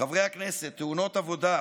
חברי הכנסת, תאונות עבודה,